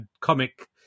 comic